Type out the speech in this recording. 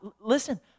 Listen